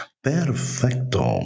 Perfecto